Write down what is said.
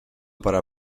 para